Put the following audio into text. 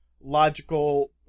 logical